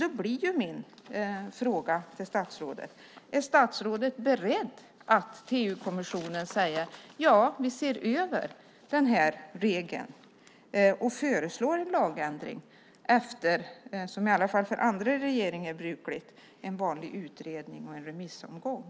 Därför blir min fråga om statsrådet är beredd att till EU-kommissionen säga att ni ser över den här regeln och föreslår en lagändring efter - som i alla fall för andra regeringar är brukligt - en vanlig utredning och en remissomgång.